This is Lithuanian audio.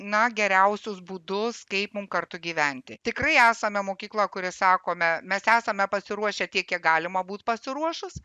na geriausius būdus kaip mum kartu gyventi tikrai esame mokykla kuri sakome mes esame pasiruošę tiek kiek galima būt pasiruošus